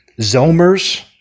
Zomers